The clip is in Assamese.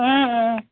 অঁ অঁ